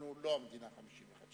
אנחנו לא המדינה ה-51.